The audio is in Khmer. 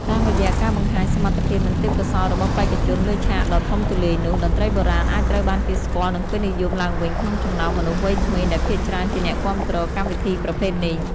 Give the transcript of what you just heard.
តាមរយៈការបង្ហាញសមត្ថភាពនិងទេពកោសល្យរបស់បេក្ខជនលើឆាកដ៏ធំទូលាយនោះ តន្ត្រីបុរាណអាចត្រូវបានគេស្គាល់និងពេញនិយមឡើងវិញក្នុងចំណោមមនុស្សវ័យក្មេងដែលភាគច្រើនជាអ្នកគាំទ្រកម្មវិធីប្រភេទនេះ។